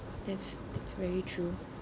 that's that's very true